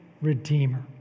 redeemer